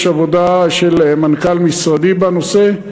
יש עבודה של מנכ"ל משרדי בנושא.